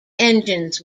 engines